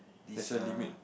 this err